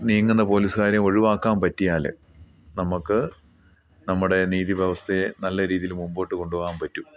നീങ്ങുന്ന പോലീസ്കാരെ ഒഴിവാക്കാൻ പറ്റിയാൽ നമുക്ക് നമ്മുടെ നീതി വ്യവസ്ഥയെ നല്ല രീതിയിൽ മുമ്പോട്ട് കൊണ്ടുപോവാൻ പറ്റും